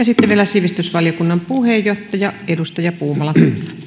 sitten vielä sivistysvaliokunnan puheenjohtaja edustaja puumala